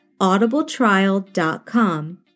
audibletrial.com